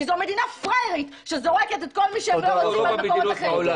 כי זו מדינת פראיירים שזורקת את כל מי שהם לא רוצים על מקומות אחרים.